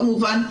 כמובן,